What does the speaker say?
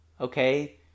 okay